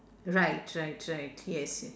right right right yes ye~